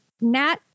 Nat